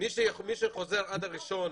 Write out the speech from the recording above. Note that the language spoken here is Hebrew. עד 50%